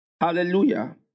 Hallelujah